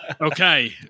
Okay